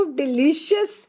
delicious